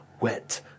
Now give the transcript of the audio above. wet